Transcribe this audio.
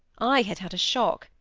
i had had a shock,